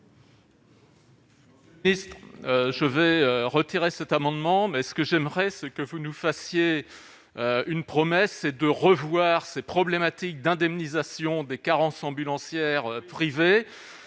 Je vais retirer cet amendement mais ce que j'aimerais, c'est que vous nous fassiez une promesse, c'est de revoir ces problématiques d'indemnisation des carences ambulancière privé